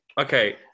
Okay